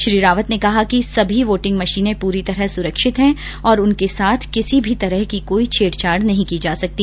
श्री रावत ने कहा कि सभी वोटिंग मशीनें पूरी तरह सुरक्षित हैं और उनके साथ किसी तरह की कोई छेड़छाड़ नहीं की जा सकती